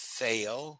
fail